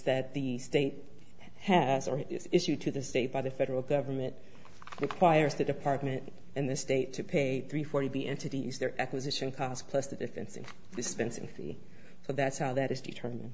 that the state has issued to the state by the federal government requires the department and the state to pay three four to be entities their acquisition cost plus the difference in dispensing fee so that's how that is determined